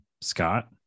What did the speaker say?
Scott